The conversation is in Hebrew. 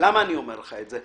את זה.